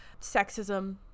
sexism